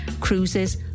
Cruises